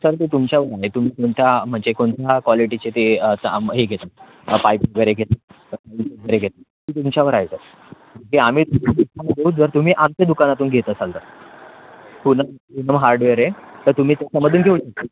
sir ते तुमच्यावर आहे तुम्ही कोणत्या म्हणजे कोणत्या कॉलेटीचे ते तर आम् हे घेतात पाईप वगैरे घेत घेत ते तुमच्यावर आहे सर ते आम्ही जर तुम्ही आमच्या दुकानातून घेत असाल तर पूनम हार्डवेअर आहे तर तुम्ही त्याच्यामधून घेऊ शकता